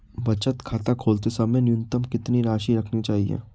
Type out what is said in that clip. बचत खाता खोलते समय न्यूनतम कितनी राशि रखनी चाहिए?